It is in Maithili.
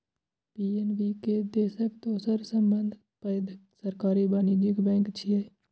पी.एन.बी देशक दोसर सबसं पैघ सरकारी वाणिज्यिक बैंक छियै